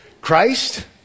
Christ